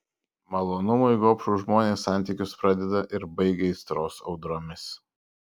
malonumui gobšūs žmonės santykius pradeda ir baigia aistros audromis